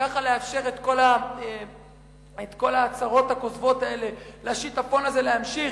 ככה לאפשר את כל ההצהרות הכוזבות האלה ולשיטפון הזה להמשיך?